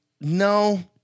no